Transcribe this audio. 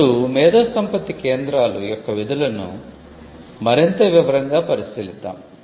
ఇప్పుడు మేధోసంపత్తి కేంద్రాలు యొక్క విధులను మరింత వివరంగా పరిశీలిద్దాము